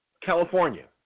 California